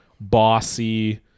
Bossy